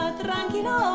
tranquilo